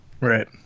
Right